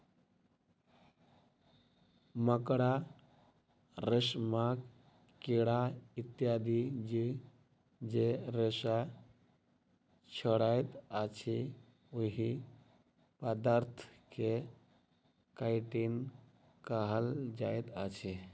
मकड़ा, रेशमक कीड़ा इत्यादि जीव जे रेशा छोड़ैत अछि, ओहि पदार्थ के काइटिन कहल जाइत अछि